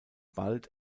bald